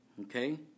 okay